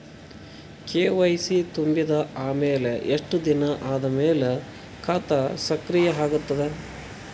KYC ತುಂಬಿದ ಅಮೆಲ ಎಷ್ಟ ದಿನ ಆದ ಮೇಲ ಖಾತಾ ಸಕ್ರಿಯ ಅಗತದ?